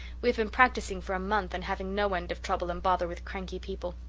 we have been practising for a month and having no end of trouble and bother with cranky people.